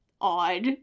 odd